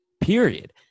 period